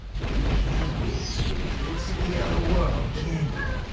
you can't wait to get a glimpse of the other world, can ya?